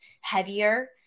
heavier